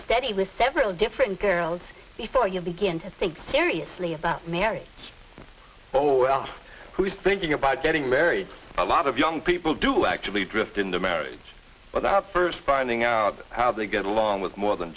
steady with several different girls before you begin to think seriously about mary or well who's thinking about getting married a lot of young people do actively drift into marriage without first finding out how they get along with more than